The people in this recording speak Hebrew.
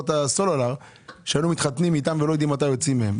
הסלולר שהיינו מתחתנים איתם ולא יוצאים מהם,